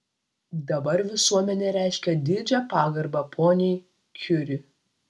dabar visuomenė reiškia didžią pagarbą poniai kiuri